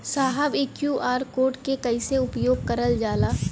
साहब इ QR code के कइसे उपयोग करल जाला?